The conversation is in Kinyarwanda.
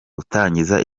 gutangiza